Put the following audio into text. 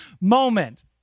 moment